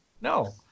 no